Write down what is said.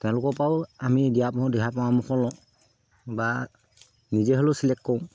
তেওঁলোকৰ পৰাও আমি দিহা পৰামৰ্শ লওঁ বা নিজে হ'লেও চিলেক্ট কৰোঁ